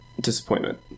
Disappointment